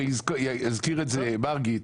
ויזכיר את זה מרגי.